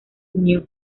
unió